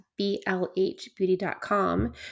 blhbeauty.com